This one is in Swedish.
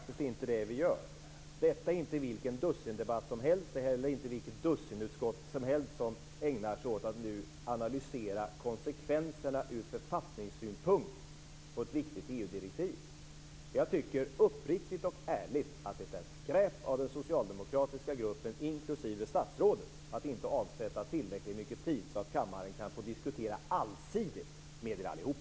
Fru talman! Nej, det är faktiskt inte det vi gör. Det är inte vilken dussindebatt som helst, inte vilket dussinutskott som helst som ägnar sig åt att analysera konsekvenserna ur författningssynpunkt av ett viktigt EU-direktiv. Jag tycker uppriktigt och ärligt att det är skräp av den socialdemokratiska gruppen, inklusive statsrådet, att inte avsätta tillräckligt mycket tid så att kammaren kan få diskutera detta allsidigt med er allihop.